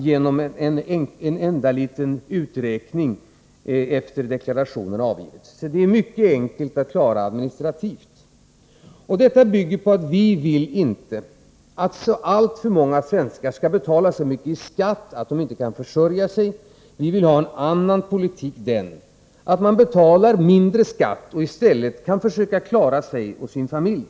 Det är fråga om en enda liten uträkning sedan deklarationerna avgivits. Detta bygger vi på att vi inte vill att alltför många svenskar skall betala så mycket i skatt att de inte kan försörja sig. Vi vill ha en annan politik, som innebär att man betalar mindre i skatt och i stället kan försöka klara sig och sin familj.